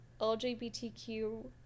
LGBTQ